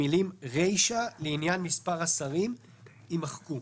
המילים "רישה לעניין מספר השרים" יימחקו."